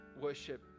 worship